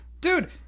Dude